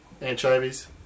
anchovies